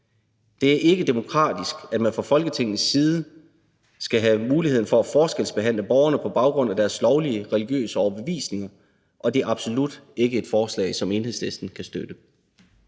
det er ikke demokratisk, at man fra Folketingets side skal have mulighed for at forskelsbehandle borgerne på baggrund af deres lovlige religiøse overbevisning; og det er absolut ikke et forslag, som Enhedslisten kan støtte.